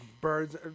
birds